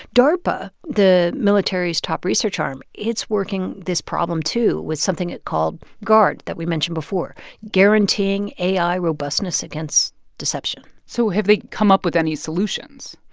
darpa, the military's top research arm, it's working this problem, too, with something called gard that we mentioned before guaranteeing ai robustness against deception so have they come up with any solutions?